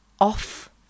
off